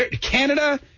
Canada